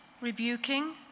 rebuking